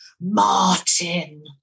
Martin